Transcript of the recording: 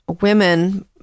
women